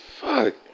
Fuck